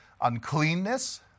uncleanness